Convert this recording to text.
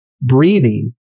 breathing